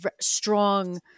strong